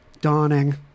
dawning